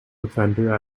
defender